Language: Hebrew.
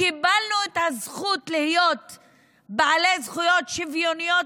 קיבלנו את הזכות להיות בעלי זכויות שוויוניות